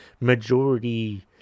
majority